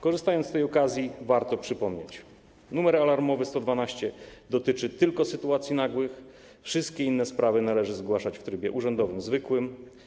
Korzystając z tej okazji, warto przypomnieć, że numer alarmowy 112 dotyczy tylko sytuacji nagłych, zaś wszystkie inne sprawy należy zgłaszać w trybie urzędowym zwykłym.